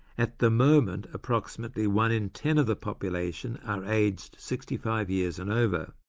at the moment approximately one in ten of the population are aged sixty five years and over,